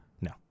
No